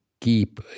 keep